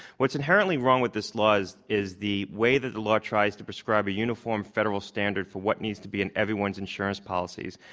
what's inherently wrong with this law is the way that the law tries to prescribe a uniform federal standard for what needs to be in everyone's insurance policy.